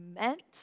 meant